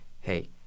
hey